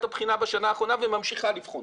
את הבחינה בשנה האחרונה וממשיכה לבחון.